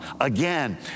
again